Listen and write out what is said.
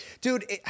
Dude